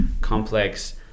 complex